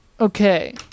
Okay